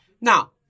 Now